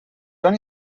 joan